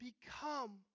become